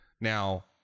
Now